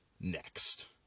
next